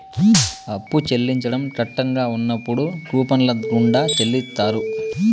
అప్పు చెల్లించడం కట్టంగా ఉన్నప్పుడు కూపన్ల గుండా చెల్లిత్తారు